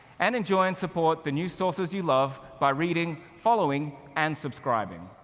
and enjoy and support the news sources you love, by reading, following, and subscribing.